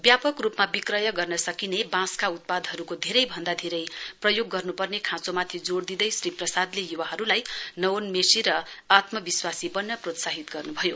व्यापक रुपमा विक्रय गर्न सकिने बाँसका उत्पादहरुको धेरै भन्दा धेरै प्रयोग गर्नुपर्ने खाँचोमाथि जोड़ दिँदै श्री प्रसादले युवाहरुलाई नवोन्वेषी र आत्मविश्वासी वन्न प्रोत्साहित गर्नुभयो